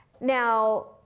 Now